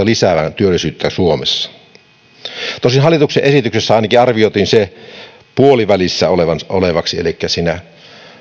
lisäävän työllisyyttä suomessa noin viisituhatta viiva kaksitoistatuhatta henkilötyövuotta tosin hallituksen esityksessä ainakin arvioitiin se puolivälissä olevaksi elikkä siinä